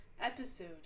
episode